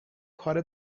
کار